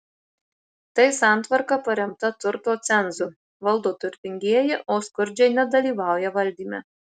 tai santvarka paremta turto cenzu valdo turtingieji o skurdžiai nedalyvauja valdyme